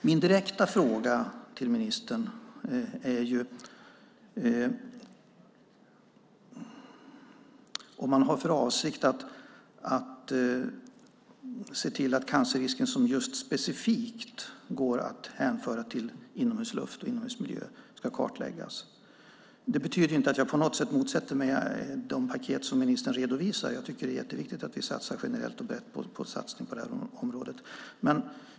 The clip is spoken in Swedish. Min direkta fråga till ministern är om man har för avsikt att se till att cancerrisken som specifikt går att hänföra till inomhusluft och inomhusmiljö ska kartläggas. Det betyder inte att jag på något sätt motsätter mig de paket som ministern redovisar. Jag tycker att det är jätteviktigt att vi satsar generellt och brett på området.